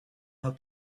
how